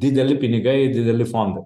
dideli pinigai dideli fondai